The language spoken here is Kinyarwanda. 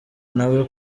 nawe